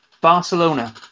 Barcelona